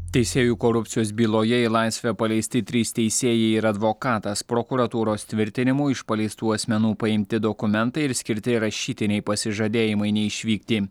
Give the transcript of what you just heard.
teisėjų korupcijos byloje į laisvę paleisti trys teisėjai ir advokatas prokuratūros tvirtinimu iš paleistų asmenų paimti dokumentai ir skirti rašytiniai pasižadėjimai neišvykti